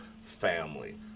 family